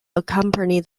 accompany